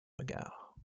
regard